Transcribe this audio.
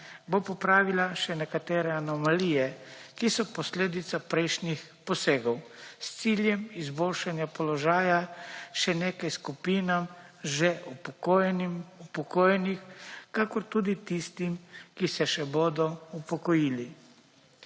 bo popravila še nekatere anomalije, ki so posledica prejšnjih posegov, s ciljem izboljšanja položaja še nekaj skupinam že upokojenih, kakor tudi tistim, ki se še bodo upokojili.